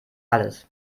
alles